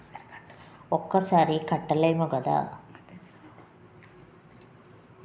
ఒక్కసారి కట్టలేము కదా